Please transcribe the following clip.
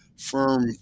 firm